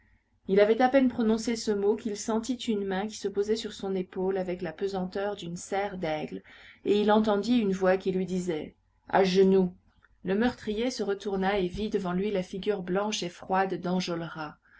il avait à peine prononcé ce mot qu'il sentit une main qui se posait sur son épaule avec la pesanteur d'une serre d'aigle et il entendit une voix qui lui disait à genoux le meurtrier se retourna et vit devant lui la figure blanche et froide